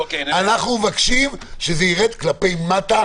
אנחנו מבקשים שזה ירד כלפי מטה,